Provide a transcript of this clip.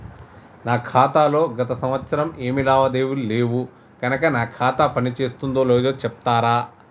నా ఖాతా లో గత సంవత్సరం ఏమి లావాదేవీలు లేవు కనుక నా ఖాతా పని చేస్తుందో లేదో చెప్తరా?